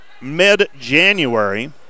mid-January